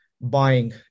buying